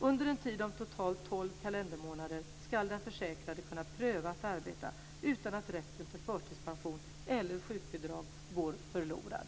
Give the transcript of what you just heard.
Under en tid om totalt tolv kalendermånader ska den försäkrade kunna pröva att arbeta utan att rätten till förtidspension eller sjukbidrag går förlorad.